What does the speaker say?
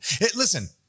Listen